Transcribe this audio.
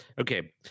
Okay